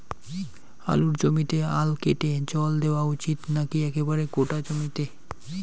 আলুর জমিতে আল কেটে জল দেওয়া উচিৎ নাকি একেবারে গোটা জমিতে?